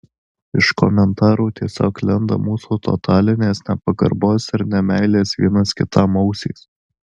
iš komentarų tiesiog lenda mūsų totalinės nepagarbos ir nemeilės vienas kitam ausys